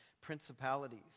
principalities